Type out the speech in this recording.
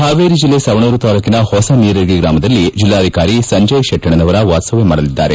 ಹಾವೇರಿ ಜಿಲ್ಲೆ ಸವಣೂರ ತಾಲೂಕಿನ ಹೊಸನೀರಲಗಿ ಗ್ರಾಮದಲ್ಲಿ ಜಿಲ್ಲಾಧಿಕಾರಿ ಸಂಜಯ ಶೆಟ್ಟೆಣ್ಣವರ ವಾಸ್ತವ್ಯ ಮಾಡಲಿದ್ದಾರೆ